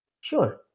Sure